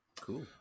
Cool